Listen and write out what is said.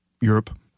Europe